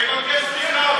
שיבקש סליחה,